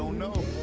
so no